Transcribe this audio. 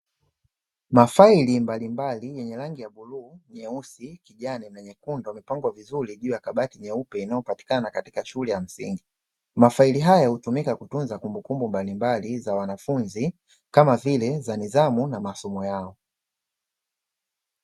Mafaili mbalimbali yenye rangi ya; bluu, nyeusi, kijani na nyekundu; yamepangwa vizuri juu ya kabati nyeupe inayopatikana katika shule ya msingi. Mafaili haya hutumika kutunza kumbukumbu mbalimbali za wanafunzi kama vile, za nidhamu na masomo yao.